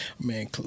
Man